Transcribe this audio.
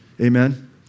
Amen